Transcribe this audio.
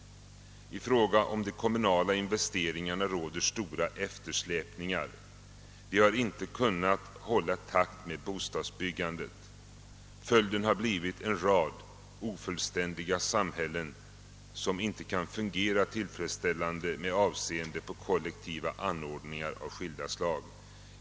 I fråga om de kommunala investeringarna råder stora eftersläpningar. De har inte kunnat hålla takt med bostadsbyggandet. Följden har blivit en rad ofullständiga samhällen, som inte kan fungera tillfredsställande med avseende på kollektiva anordningar av skilda slag.